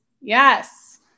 yes